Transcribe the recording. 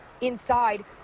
Inside